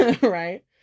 Right